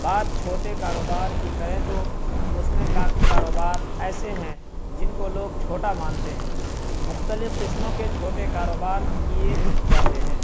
بات چھوٹے کاروبار کی کریں تو اس میں کافی کاروبار ایسے ہیں جن کو لوگ چھوٹا مانتے ہیں مختلف قسموں کے چھوٹے کاروبار کیے جاتے ہیں